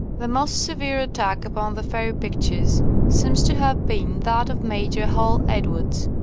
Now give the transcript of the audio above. the most severe attack upon the fairy pictures seems to have been that of major hall-edwards,